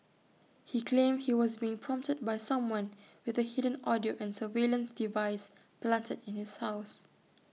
he claimed he was being prompted by someone with A hidden audio and surveillance device planted in his house